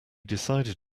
decided